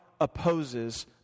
opposes